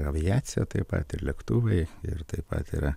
aviacija taip pat ir lėktuvai ir taip pat yra